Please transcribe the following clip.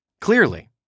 Clearly